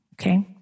Okay